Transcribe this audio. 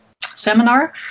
seminar